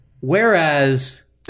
whereas